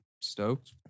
stoked